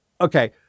okay